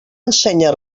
ensenya